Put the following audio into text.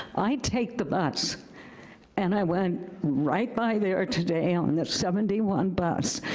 i take the bus and i went right by there today, on and the seventy one bus,